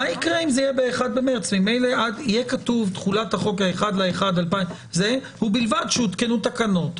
יהיה כתוב: ובלבד שהותקנו תקנות.